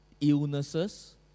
illnesses